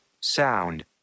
Sound